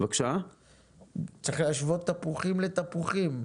צריך להשוות תפוחים לתפוחים.